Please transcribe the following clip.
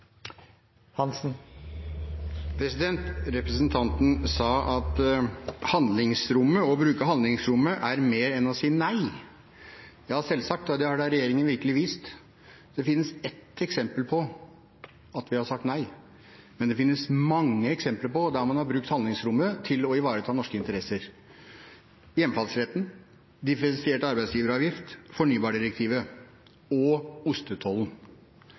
replikkordskifte. Representanten sa at å bruke handlingsrommet «er mer enn å si nei». Ja, selvsagt, og det har regjeringen virkelig vist. Det finnes ett eksempel på at vi har sagt nei, men det finnes mange eksempler der man har brukt handlingsrommet til å ivareta norske interesser: Hjemfallsretten, differensiert arbeidsgiveravgift, fornybardirektivet og ostetollen